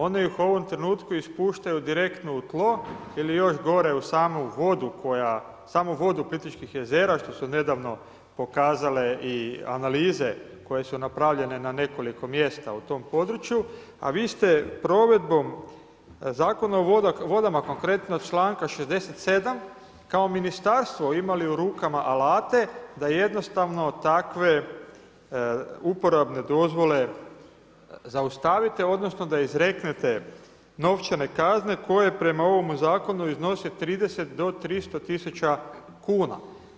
Oni ih u ovom trenutku ispuštaju direktno u tlo ili još gore u samu vodu Plitvičkih jezera što su nedavno pokazale i analize koje su napravljene na nekoliko mjesta u tom podruju, a vi ste provedbom Zakona o vodama konkretno članka 67. kao ministarstvo imali u rukama alate da jednostavno takve uporabne dozvole zaustavite odnosno da izreknete novčane kazne koje prema ovom zakonu iznose 30 do 300 tisuća kuna.